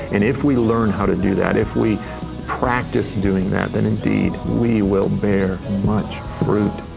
and if we learn how to do that, if we practice doing that, then indeed, we will bear and much fruit.